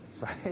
Right